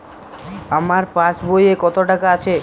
আমার পাসবই এ কত টাকা আছে?